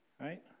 Right